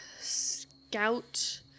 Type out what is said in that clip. scout